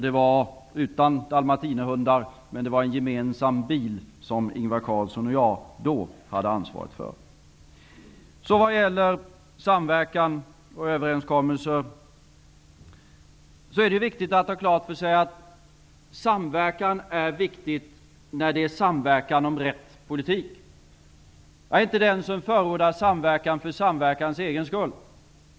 Det var utan dalmatinerhundar, men det var en gemensam bil som Ingvar Carlsson och jag då hade ansvaret får. Vad gäller samverkan och överenskommelser är det viktigt att ha klart för sig att samverkan är viktig när det är samverkan om rätt politik. Jag är inte den som förordar samverkan för samverkans egen skull.